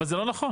אבל זה לא נכון.